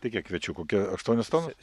tai kiek kviečių kokia aštuonios tonos